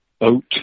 oat